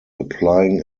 applying